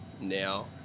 now